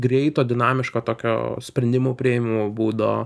greito dinamiško tokio sprendimų priėmimo būdo